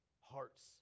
Hearts